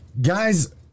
guys